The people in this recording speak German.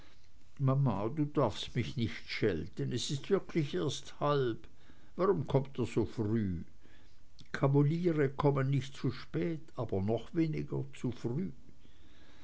du darfst mich nicht schelten es ist wirklich erst halb warum kommt er so früh kavaliere kommen nicht zu spät aber noch weniger zu früh